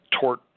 tort